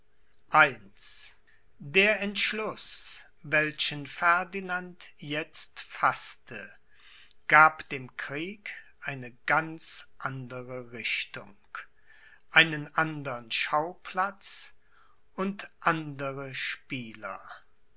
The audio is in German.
buch der entschluß welchen ferdinand jetzt faßte gab dem krieg eine ganz andere richtung einen andern schauplatz und andere spieler